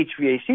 HVAC